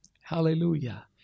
Hallelujah